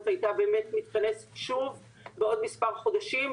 הייתה באמת מתכנסת שוב בעוד מספר חודשים,